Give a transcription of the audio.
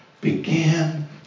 began